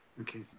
Okay